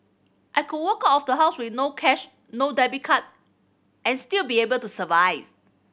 I could walk of the house with no cash no debit card and still be able to survive